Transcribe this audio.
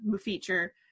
feature